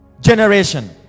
generation